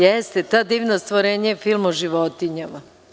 Jeste, „Ta divna stvorenja“ je film o životinjama.